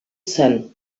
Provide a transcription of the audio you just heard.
zen